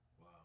Wow